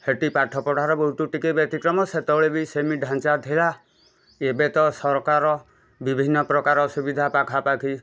ହେଟି ପାଠ ପଢ଼ାର ବହୁତ ଟିକେ ବ୍ୟତିକ୍ରମ ସେତେବେଳେ ବି ସେମିତି ଢ଼ାଞ୍ଚା ଥିଲା ଏବେ ତ ସରକାର ବିଭିନ୍ନ ପ୍ରକାର ସୁବିଧା ପାଖାପାଖି